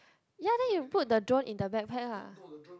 ya then you put the drone in the backpack ah